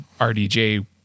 RDJ